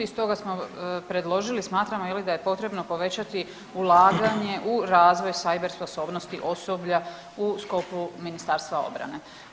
I stoga smo predložili, smatramo da je potrebno povećati ulaganje u razvoj cyber sposobnosti osoblja u sklopu Ministarstva obrane.